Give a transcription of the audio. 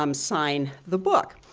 um sign the book.